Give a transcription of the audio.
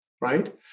right